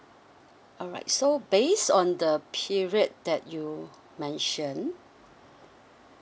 alright so based on the period that you mention